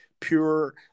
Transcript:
pure